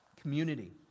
community